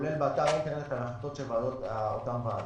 כולל באתר האינטרנט, על ההחלטות של אותן ועדות.